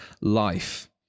life